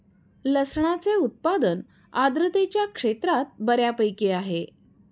लसणाचे उत्पादन आर्द्रतेच्या क्षेत्रात बऱ्यापैकी आहे